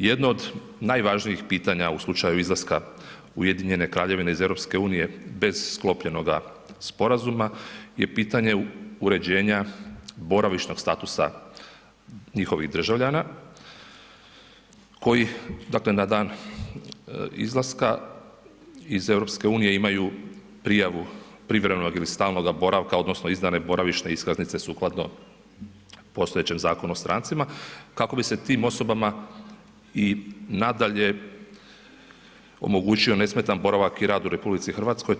Jedno od najvažnijih pitanja u slučaju izlaska Ujedinjene Kraljevine iz EU bez sklopljenoga sporazuma je pitanje uređenja boravišnog statusa njihovih državljana koji dakle na dan izlaska iz EU imaju prijavu privremenoga ili stalnoga boravka odnosno izdane boravišne iskaznice sukladno postojećem Zakonu o stranicama kako bi se tim osobama i nadalje omogućio nesmetan boravak i rad u RH